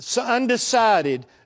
Undecided